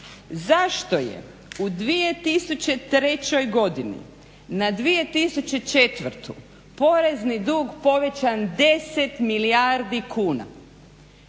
Zašto je u 2003. godini na 2004. porezni dug povećan 10 milijardi kuna?